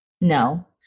no